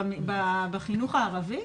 בחינוך הערבי?